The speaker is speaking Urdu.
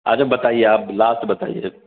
اچھا بتائیے آپ لاسٹ بتائیے